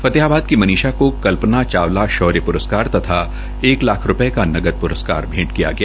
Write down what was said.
फतेहाबाद की मनीषा को कल्पना चावला शौर्य प्रस्कार तथा एक लाख रूपये का नकद प्रस्कार भेंट किया गया